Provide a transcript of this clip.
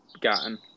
gotten